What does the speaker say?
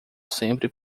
sempre